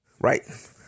Right